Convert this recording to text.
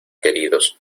queridos